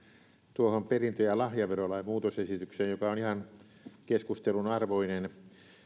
tuohon perintö ja lahjaverolain muutosesitykseen joka on ihan keskustelun arvoinen